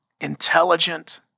intelligent